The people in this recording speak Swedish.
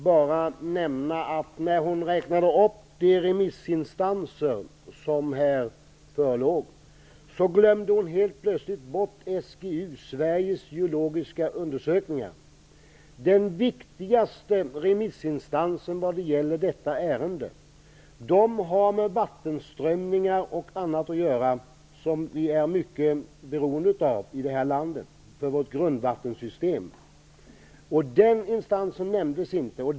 Herr talman! Jag vill för Lisbeth Staaf-Igelström bara nämna att när hon räknade upp remissinstanserna glömde hon bort SGU, Sveriges geologiska undersökningar. Det är den viktigaste remissinstansen när det gäller detta ärende. SGU har med vattenströmningar och annat att göra som vi är mycket beroende av i det här landet för vårt grundvattensystem. Den remissinstansen nämndes inte.